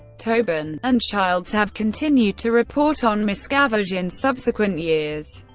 tobin and childs have continued to report on miscavige in subsequent years.